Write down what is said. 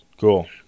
Cool